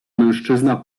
mężczyzna